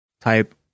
type